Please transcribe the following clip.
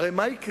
אבל מה יקרה?